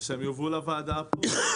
ושהם יובאו לוועדה פה.